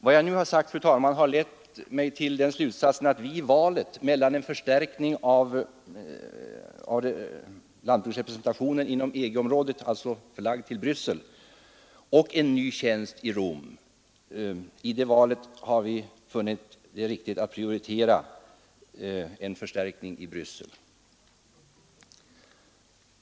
Vad jag nu sagt har lett till att vi i valet mellan en förstärkning av lantbruksrepresentationen inom EG-området med en representant i Bryssel och en ny tjänst i Rom har valt att prioritera en förstärkning i Bryssel.